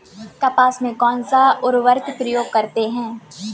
कपास में कौनसा उर्वरक प्रयोग करते हैं?